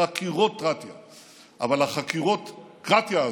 אבל החקירות-קרטיה הזו,